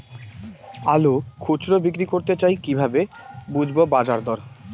আলু খুচরো বিক্রি করতে চাই কিভাবে বুঝবো বাজার দর?